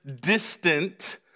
distant